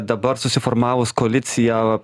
dabar susiformavus koalicija